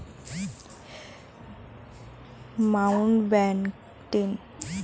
Mountbatten এক রকমের চাষ করার ব্যবস্থা যকে ইনটেনসিভ ফার্মিংও বলে